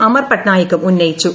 അമർ പട്നായികും ഉന്നയിച്ചു